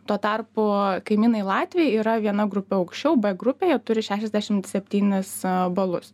tuo tarpu kaimynai latviai yra viena grupe aukščiau b grupėje turi šešiasdešimt septynis balus